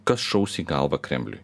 kas šaus į galvą kremliui